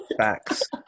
facts